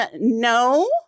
No